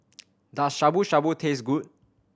does Shabu Shabu taste good